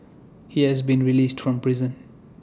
he has been released from prison